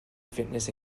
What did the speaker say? fitness